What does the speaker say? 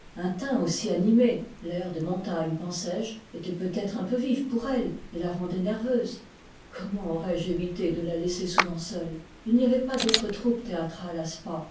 aussi animé l'air des montagnes pensai-je était peut-être un peu vif pour elle et la rendait nerveuse gomment aurais-je évité de la laisser souvent seule il n'y avait pas d'autre troupe théâtrale